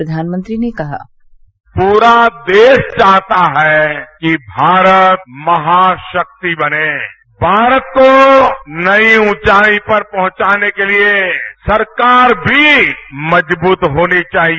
प्रधानमंत्री ने कहा पूरा देश चाहता है कि भारत महाशक्ति बने भारत को नई ऊंचाई पर पहुंचाने के लिए सरकार भी मजबूत होनी चाहिए